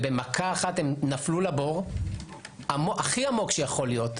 במכה אחת הם נפלו לבור הכי עמוק שיכול להיות.